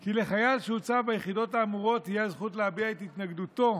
כי לחייל שהוצב ביחידות האמורות תהיה הזכות להביע את התנגדותו